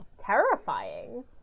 terrifying